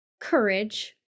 courage